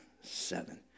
seven